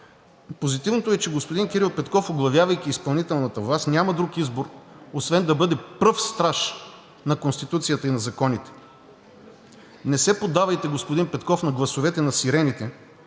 Позитивното е, че господин Кирил Петков, оглавявайки изпълнителната власт, няма друг избор, освен да бъде пръв страж на Конституцията и на законите. Не се поддавайте, господин Петков, на гласовете на сирените,